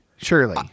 Surely